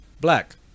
black